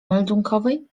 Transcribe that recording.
meldunkowej